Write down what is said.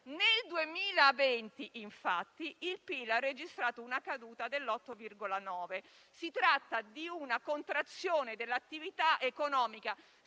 Nel 2020, infatti, il PIL ha registrato una caduta dell'8,9 per cento. Si tratta di una contrazione dell'attività economica